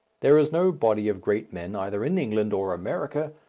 there is no body of great men either in england or america,